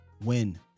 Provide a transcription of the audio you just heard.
Win